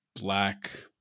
black